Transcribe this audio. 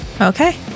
Okay